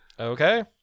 Okay